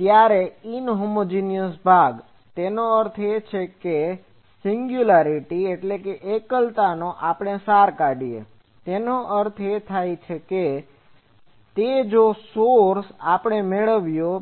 ત્યારે ઇનહોમોજેનીઅસ ભાગ તેનો અર્થ એ કે સીન્ગ્યુલારીટીSingularityએકલતાનો આપણે સાર કાઢીયો હોય તેનો અર્થ કે તેજે સોર્સsource સ્રોત આપણે મેળવ્યો